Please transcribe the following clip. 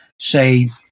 say